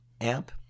amp